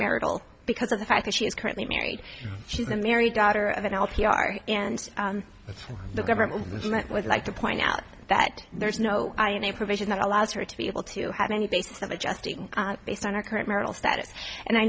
marital because of the fact that she is currently married she's a married daughter of an l t r and the government would like to point out that there's no i in a provision that allows her to be able to have any basis of adjusting based on our current marital status and i